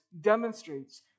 demonstrates